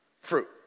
fruit